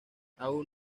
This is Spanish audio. aún